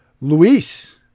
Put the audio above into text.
Luis